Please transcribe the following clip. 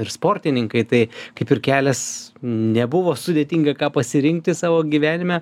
ir sportininkai tai kaip ir kelias nebuvo sudėtinga ką pasirinkti savo gyvenime